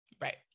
Right